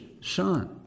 Son